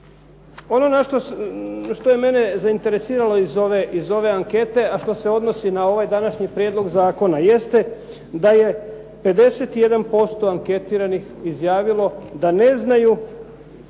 Ono što je mene zainteresiralo iz ove ankete a što se odnosi na ovaj današnji prijedlog zakona jeste da je 51% anketiranih izjavilo da ne znaju